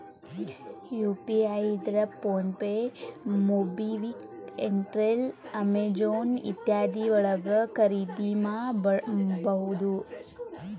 UPI ಇದ್ರ PhonePe MobiKwik Airtel Amazon ಇತ್ಯಾದಿ ಯೊಳಗ ಖರಿದಿಮಾಡಬಹುದು